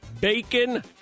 bacon